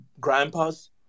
grandpas